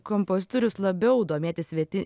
kompozitorius labiau domėtis vieti